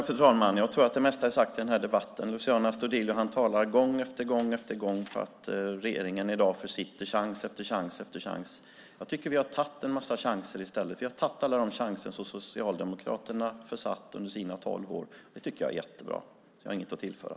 Fru talman! Jag tror att det mesta är sagt i den här debatten. Luciano Astudillo talar gång på gång om att regeringen i dag försitter chans efter chans. Jag tycker i stället att vi har tagit en massa chanser. Vi har tagit alla de chanser som Socialdemokraterna försatt under sina tolv år. Det tycker jag är jättebra. Jag har inget att tillägga.